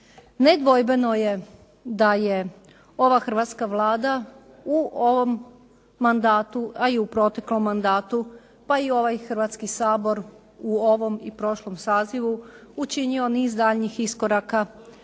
Nedvojbeno je da je ova hrvatska Vlada u ovom mandatu, a i u proteklom mandatu pa i ovaj Hrvatski sabor u ovom i prošlom sazivu učinio niz daljnjih iskoraka